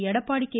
Edappadi K